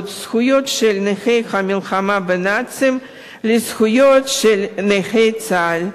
זכויות של נכי המלחמה בנאצים לזכויות של נכי צה"ל.